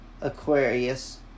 Aquarius